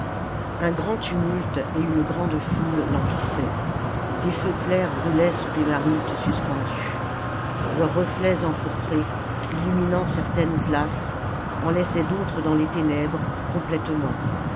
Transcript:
un grand tumulte et une grande foule l'emplissaient des feux clairs brûlaient sous des marmites suspendues leurs reflets empourprés illuminant certaines places en laissaient d'autres dans les ténèbres complètement